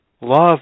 Love